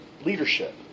leadership